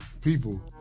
people